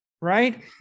right